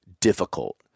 difficult